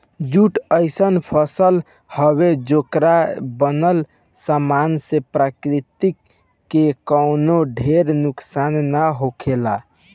jute अइसन फसल हवे, जेकर बनल सामान से प्रकृति के कवनो ढेर नुकसान ना होखेला